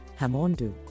Hamondu